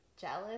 jealous